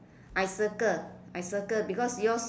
I circle I circle because yours